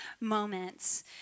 moments